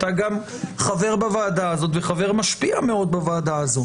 אתה גם חבר בוועדה הזאת וחבר משפיע מאוד בוועדה הזאת,